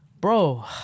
bro